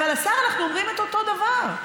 השר, אנחנו אומרים את אותו דבר.